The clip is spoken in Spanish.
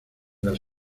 los